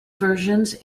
versions